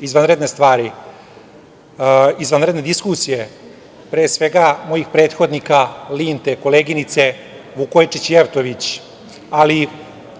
izvanredne stvari, izvanredne diskusije, pre svega mojih prethodnika, Linte, koleginice Vukojičić Jeftović, ali